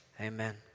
amen